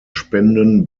spenden